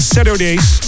Saturdays